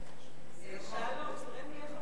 תראה מי החברים,